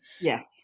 Yes